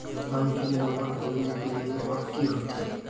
हम pin number भूल गलिऐ अब की होते?